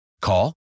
Call